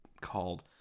called